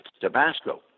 Tabasco